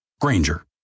Granger